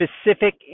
specific